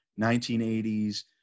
1980s